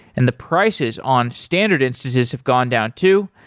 and the prices on standard instances have gone down too.